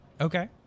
Okay